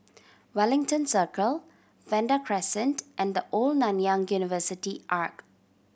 Wellington Circle Vanda Crescent and The Old Nanyang University Arch